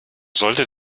sollte